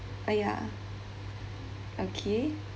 ah ya okay